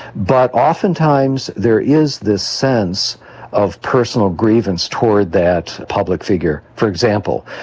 but oftentimes there is this sense of personal grievance towards that public figure. for example,